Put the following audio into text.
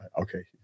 Okay